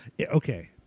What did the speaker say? Okay